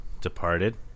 Departed